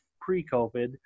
pre-COVID